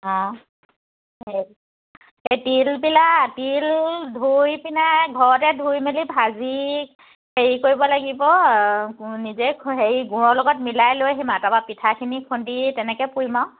অঁ এই তিলবিলাক তিল ধুই পিনাই ঘৰতে ধুই মেলি ভাজি হেৰি কৰিব লাগিব নিজে হেৰি গুৰৰ লগত মিলাই লৈ আহিম আৰু তাৰপৰা পিঠাখিনি খুন্দি তেনেকৈ পুৰিম আৰু